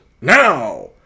now